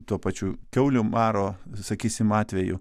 tuo pačiu kiaulių maro sakysim atveju